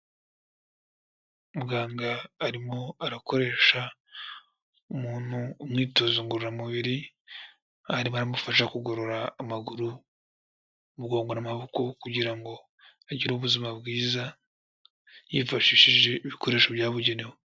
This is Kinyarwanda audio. Muganga arimo arakoresha umuntu imyitozo ngororamubiri arimo aramufasha kugorora amaguru, umugongo n'amaboko kugira ngo agire ubuzima bwiza yifashishije ibikoresho byabugenewe.